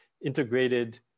integrated